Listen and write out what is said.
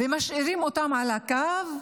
ומשאירים אותם על הקו,